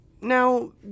Now